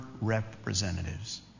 representatives